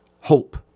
hope